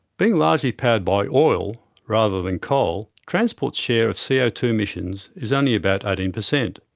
being largely powered by oil rather than coal, transport's share of c o two emissions is only about eighteen per cent.